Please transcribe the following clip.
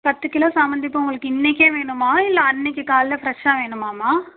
பத்து கிலோ சாமந்தி பூ உங்களுக்கு இன்னைக்கே வேணுமா இல்லை அன்றைக்கி காலைல ஃபிரெஷ்ஷாக வேணுமாம்மா